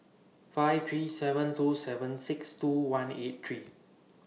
five three seven two seven six two one eight three